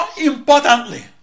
importantly